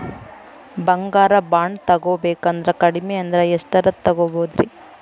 ಬಂಗಾರ ಬಾಂಡ್ ತೊಗೋಬೇಕಂದ್ರ ಕಡಮಿ ಅಂದ್ರ ಎಷ್ಟರದ್ ತೊಗೊಬೋದ್ರಿ?